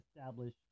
establish